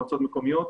מועצות מקומיות.